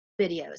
videos